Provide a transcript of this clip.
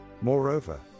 Moreover